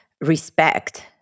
respect